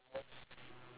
ya